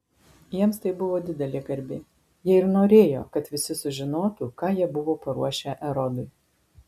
jiems tai buvo didelė garbė jie ir norėjo kad visi sužinotų ką jie buvo paruošę erodui